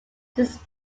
fixed